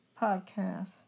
podcast